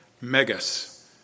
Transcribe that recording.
megas